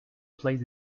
played